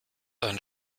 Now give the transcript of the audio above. ein